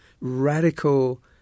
radical